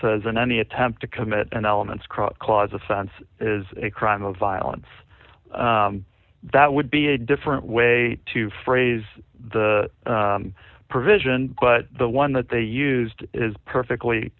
says and any attempt to commit an elements cross clause offense is a crime of violence that would be a different way to phrase the provision but the one that they used is perfectly